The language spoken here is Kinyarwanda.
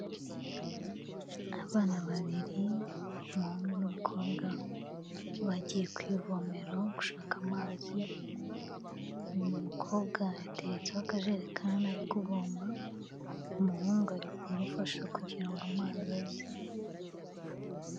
Abana babiri umuhungu n'umukobwa, bagiye kwivomero gushaka amazi, umukobwa yateretseho akajerekani ari kuvoma, umuhungu ari kumufasha kugira ngo amazi aze.